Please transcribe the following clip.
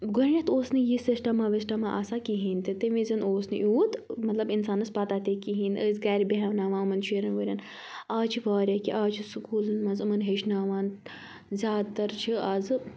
گۄڈٕنیٚتھ اوٗس نہٕ یہِ سِسٹَمہ وِسٹَمہ آسان کہیٖنۍ تہِ تمہِ وِزیٚن اوٗس نہٕ یوٗت مطلب اِنسانَس پَتہ تہِ کہیٖنۍ ٲسۍ گَھرِ بیٚہوناوان یِمَن شُریٚن وُریٚن آز چھِ واریاہ کیٚنٛہہ آز چھِ سکوٗلَن منٛز یِمَن ہیٚچھناوان زیادٕ تَر چھِ آزٕ